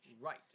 Right